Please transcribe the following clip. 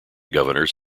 governors